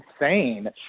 insane